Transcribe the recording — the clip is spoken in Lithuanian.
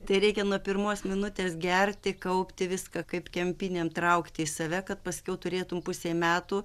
tai reikia nuo pirmos minutės gerti kaupti viską kaip kempinėn traukti į save kad paskiau turėtum pusei metų